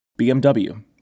BMW